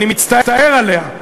אני מצטער עליה,